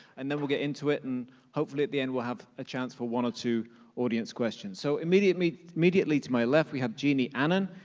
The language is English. and then we'll get into it, and hopefully at the end, we'll have a chance for one or two audience questions, so immediately immediately to my left, we have jeannie annan.